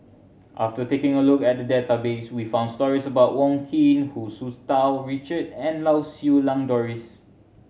after taking a look at the database we found stories about Wong Keen Hu Tsu Tau Richard and Lau Siew Lang Doris